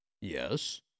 Yes